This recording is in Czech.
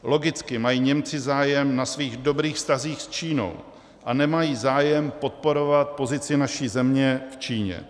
Logicky mají Němci zájem na svých dobrých vztazích s Čínou a nemají zájem podporovat pozici naší země v Číně.